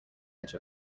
edge